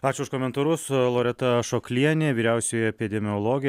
ačiū už komentarus loreta ašoklienė vyriausioji epidemiologė